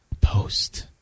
post